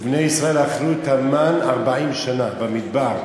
בני ישראל אכלו את המן 40 שנה במדבר.